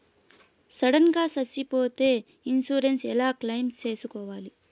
Sudden గా సచ్చిపోతే insurance ఎలా క్లెయిమ్ సేసుకోవాలి?